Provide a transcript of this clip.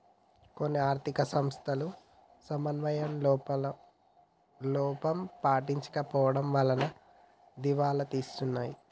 కొన్ని ఆర్ధిక సంస్థలు సమన్వయ లోపం పాటించకపోవడం వలన దివాలా తీస్తున్నాయి